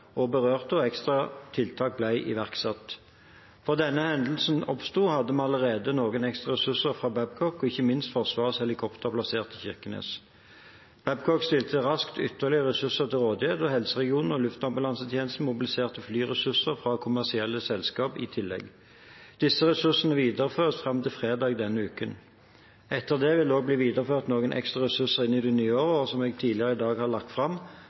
og berørte, og ekstra tiltak ble iverksatt. Før denne hendelsen oppsto, hadde vi allerede noen ekstra ressurser fra Babcock og ikke minst Forsvarets helikopter plassert i Kirkenes. Babcock stilte raskt ytterligere ressurser til rådighet, og helseregionene og Luftambulansetjenesten mobiliserte flyressurser fra kommersielle selskap i tillegg. Disse ressursene videreføres fram til fredag i denne uken. Etter dette vil det også bli videreført noen ekstraressurser inn i det nye året, og jeg har tidligere i dag lagt fram